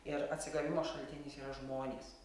ir atsigavimo šaltinis yra žmonės